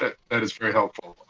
that that is very helpful.